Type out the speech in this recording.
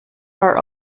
are